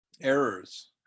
errors